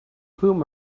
whom